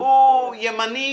הוא ימני